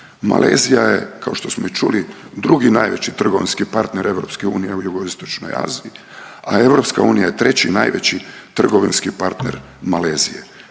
Malezija je kao što smo i čuli drugi najveći trgovinski partner EU u Jugoistočnoj Aziji, a EU je treći najveći trgovinski partner Malezije.